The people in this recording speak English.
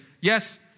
yes